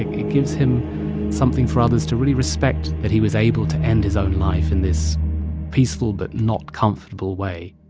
it gives him something for others to really respect that he was able to end his own life in this peaceful, but not comfortable, way